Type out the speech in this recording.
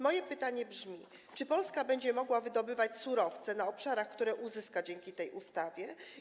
Moje pytanie brzmi: Czy Polska będzie mogła wydobywać surowce na obszarach, które uzyska dzięki tej ustawie?